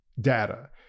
data